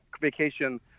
vacation